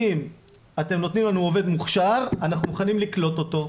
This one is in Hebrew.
אם אתם נותנים לנו עובד מוכשר אנחנו מוכנים לקלוט אותו.